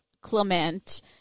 Clement